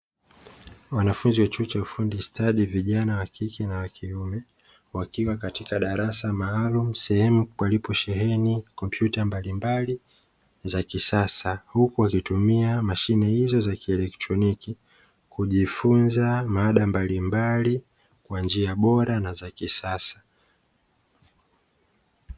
Wanafunzi wa chuo cha ufundi stadi vijana wa kike na wakiume, wakiwa katika darasa maalum sehemu waliposheheni kompyuta mbalimbali za kisasa huku wakitumia mashine hizo za kielektroniki kujifunza mada mbalimbali kwa njia bora na za kisasa.